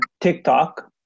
tiktok